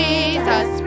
Jesus